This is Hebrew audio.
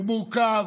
הוא מורכב,